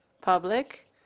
public